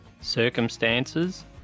circumstances